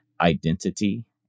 identity